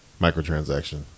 microtransaction